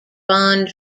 bond